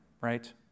right